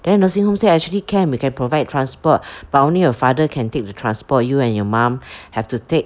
then nursing homes say actually can we can provide transport but only your father can take the transport you and your mom have to take